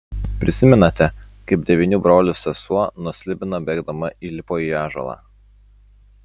prisimenate kaip devynių brolių sesuo nuo slibino bėgdama įlipo į ąžuolą